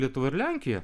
lietuva ir lenkija